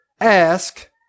Ask